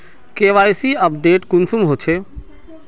KYC update कुंसम होचे?